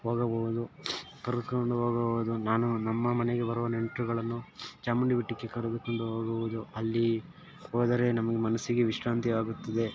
ಹೋಗಬೌದು ಕರ್ಕೊಂಡು ಹೋಗಬೌದು ನಾನು ನಮ್ಮ ಮನೆಗೆ ಬರುವ ನೆಂಟರುಗಳನ್ನು ಚಾಮುಂಡಿ ಬೆಟ್ಟಕ್ಕೆ ಕರೆದುಕೊಂಡು ಹೋಗುವುದು ಅಲ್ಲಿ ಹೋದರೆ ನಮ್ಮ ಮನಸ್ಸಿಗೆ ವಿಶ್ರಾಂತಿ ಆಗುತ್ತದೆ